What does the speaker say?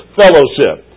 fellowship